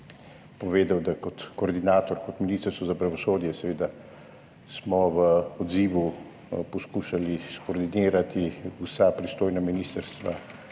povedal, da kot koordinator, kot Ministrstvo za pravosodje smo seveda v odzivu poskušali skoordinirati vsa pristojna ministrstva